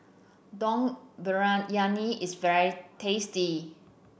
Dum Briyani is very tasty